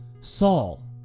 Saul